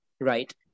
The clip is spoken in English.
right